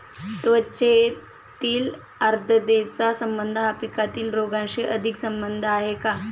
हवेतील आर्द्रतेचा संबंध हा पिकातील रोगांशी अधिक संबंधित आहे का?